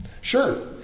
Sure